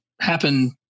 happen